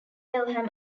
pelham